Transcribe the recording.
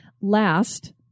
Last